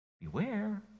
Beware